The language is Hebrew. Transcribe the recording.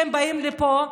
כשהם באים לפה,